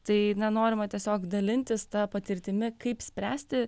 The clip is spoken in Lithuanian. tai nenorima tiesiog dalintis ta patirtimi kaip spręsti